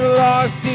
lost